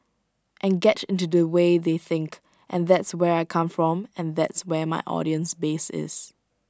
and get into the way they think and that's where I come from and that's where my audience base is